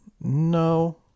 No